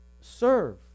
serve